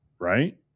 Right